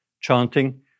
chanting